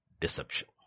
deception